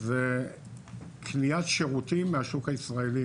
זה קניית שירותים מהשוק הישראלי,